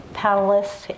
panelists